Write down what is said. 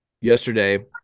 yesterday